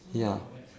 ya